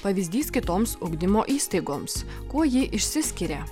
pavyzdys kitoms ugdymo įstaigoms kuo ji išsiskiria